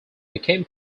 became